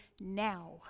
now